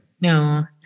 no